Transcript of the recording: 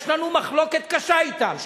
יש לנו מחלוקת קשה אתם,